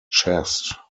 chest